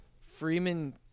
Freeman